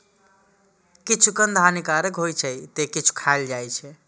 किछु कंद हानिकारक होइ छै, ते किछु खायल जाइ छै